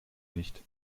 nicht